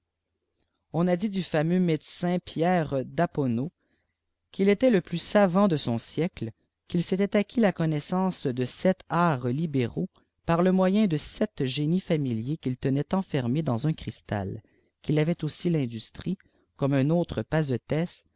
on a dit du fameux médecin pierre d'apono qu'il était le plus savant de son siècle qu'il s'était acquis la connaissance de sept arts libéraux par le moyen de sept génies familiers qu'il tenait enfermés dans un cristal